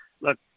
look